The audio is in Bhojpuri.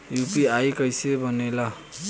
यू.पी.आई कईसे बनेला?